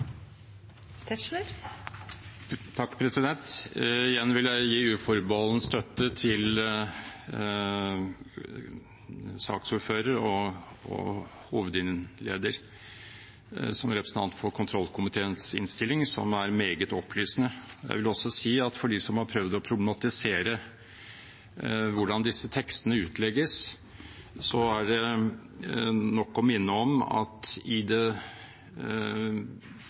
Igjen vil jeg gi uforbeholden støtte til hovedinnlederen og komiteens leder, som representant for kontroll- og konstitusjonskomiteens innstilling, som er meget opplysende. Jeg vil også si at for dem som har prøvd å problematisere hvordan disse tekstene utlegges, er det nok å minne om at i